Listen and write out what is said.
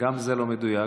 גם זה לא מדויק.